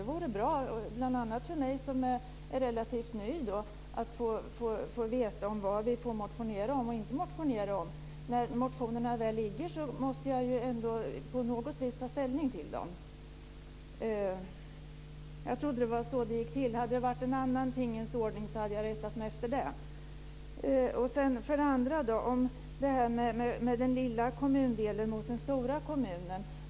Det vore bra, bl.a. för mig som är relativt ny, att få veta vad vi får motionera om och inte. När motionerna väl är väckta måste man ändå på något sätt ta ställning till dem. Jag trodde att det var så det gick till. Hade det varit en annan tingens ordning hade jag rättat mig efter den. Jag vill säga något om den lilla kommundelen mot den stora kommunen.